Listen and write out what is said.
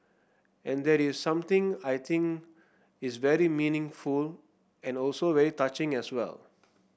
and that is something I think is very meaningful and also very touching as well